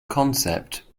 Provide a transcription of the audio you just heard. concept